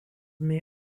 may